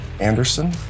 Anderson